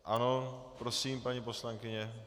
Ano, prosím, paní poslankyně.